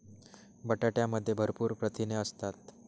बटाट्यामध्ये भरपूर प्रथिने असतात